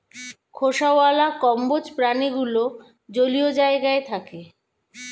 খোসাওয়ালা কম্বোজ প্রাণীগুলো জলীয় জায়গায় থাকে